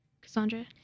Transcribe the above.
Cassandra